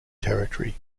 territory